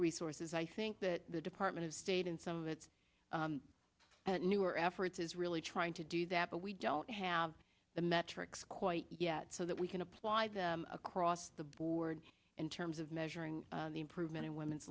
resources i think that the department of state in some of its newer efforts is really trying to do that but we don't have the metrics quite yet so that we can apply across the board in terms of measuring the improvement in women's